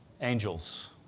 Angels